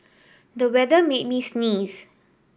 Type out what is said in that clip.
the weather made me sneeze